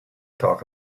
talk